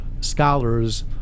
scholars